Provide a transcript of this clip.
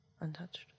Untouched